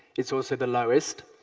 it's also the lowest.